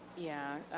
yeah.